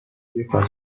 بهرهبرداری